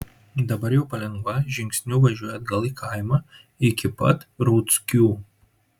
dabar jau palengva žingsniu važiuoja atgal į kaimą iki pat rauckių